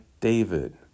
David